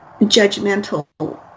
judgmental